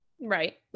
Right